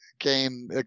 game